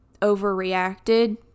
overreacted